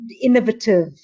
innovative